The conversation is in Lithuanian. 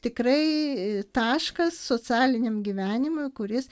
tikrai taškas socialiniam gyvenimui kuris